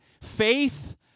faith